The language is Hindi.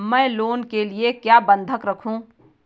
मैं लोन के लिए क्या बंधक रखूं?